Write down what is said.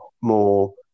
more